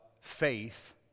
faith